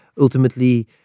ultimately